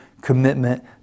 commitment